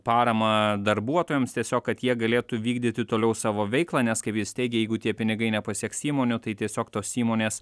paramą darbuotojams tiesiog kad jie galėtų vykdyti toliau savo veiklą nes kaip jis teigė jeigu tie pinigai nepasieks įmonių tai tiesiog tos įmonės